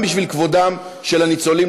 גם בשביל כבודם של הניצולים,